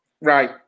right